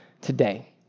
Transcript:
today